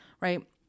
right